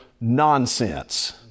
nonsense